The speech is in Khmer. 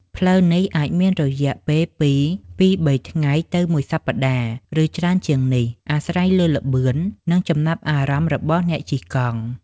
ផ្លូវនេះអាចមានរយៈពេលពីពីរបីថ្ងៃទៅមួយសប្តាហ៍ ឬច្រើនជាងនេះ អាស្រ័យលើល្បឿន និងចំណាប់អារម្មណ៍របស់អ្នកជិះកង់។